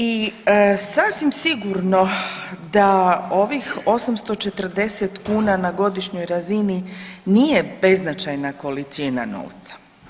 I sasvim sigurno da ovih 840 kuna na godišnjoj razini nije beznačajna količina novca.